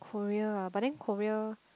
Korea ah but then Korea